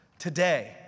Today